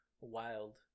wild